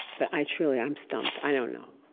but i truly i'm stumped. i don't know.